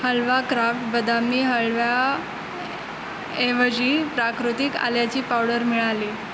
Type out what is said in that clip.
हलवा craft बदामी हलव्या ऐवजी प्राकृतिक आल्याची पावडर मिळाली